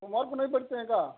सोमवार को नहीं बैठते हैं क्या